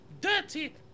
Dirty